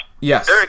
yes